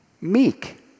Meek